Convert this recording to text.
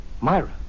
Myra